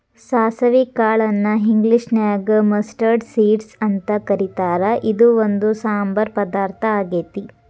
ಸಾಸವಿ ಕಾಳನ್ನ ಇಂಗ್ಲೇಷನ್ಯಾಗ ಮಸ್ಟರ್ಡ್ ಸೇಡ್ಸ್ ಅಂತ ಕರೇತಾರ, ಇದು ಒಂದ್ ಸಾಂಬಾರ್ ಪದಾರ್ಥ ಆಗೇತಿ